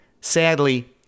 Sadly